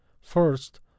First